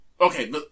okay